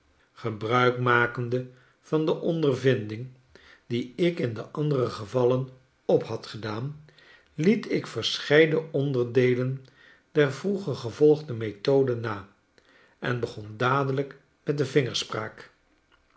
g ebruik makende van de ondervinding die ik in de andere gevallen op had gedaan liet ik verscheiden onderdeelen der vroeger ge volgde methode na en begon dadelijk met de